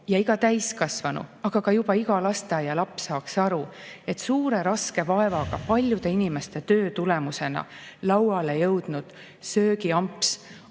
ja iga täiskasvanu, aga ka juba iga lasteaialaps saaks aru, et suure, raske vaevaga, paljude inimeste töö tulemusena lauale jõudnud söögiamps